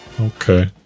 okay